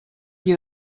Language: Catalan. qui